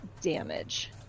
damage